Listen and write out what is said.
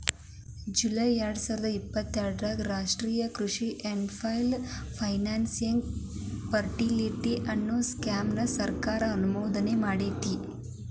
July ಎರ್ಡಸಾವಿರದ ಇಪ್ಪತರಾಗ ರಾಷ್ಟ್ರೇಯ ಕೃಷಿ ಇನ್ಫ್ರಾ ಫೈನಾನ್ಸಿಂಗ್ ಫೆಸಿಲಿಟಿ, ಅನ್ನೋ ಸ್ಕೇಮ್ ನ ಸರ್ಕಾರ ಅನುಮೋದನೆಮಾಡೇತಿ